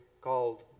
called